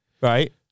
Right